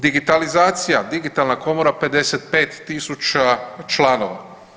Digitalizacija, digitalna komora 55.000 članova.